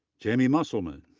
jamie musselman,